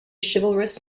chivalrous